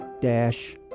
dash